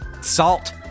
Salt